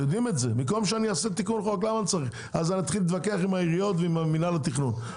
במקום שאעשה תיקון חוק - אתחיל להתווכח עם העיריות ומינהל התכנון.